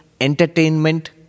entertainment